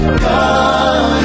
God